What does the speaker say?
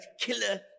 killer